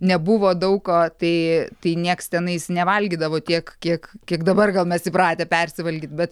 nebuvo daug ko tai tai niekas tenais nevalgydavo tiek kiek kiek dabar gal mes įpratę persivalgyt bet